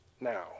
now